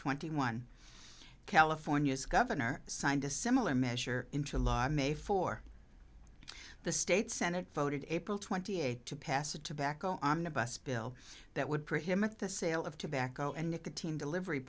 twenty one california's governor signed a similar measure into law in may for the state senate voted april twenty eighth to pass a tobacco omnibus bill that would prohibit the sale of tobacco and nicotine delivery